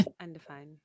Undefined